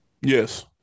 Yes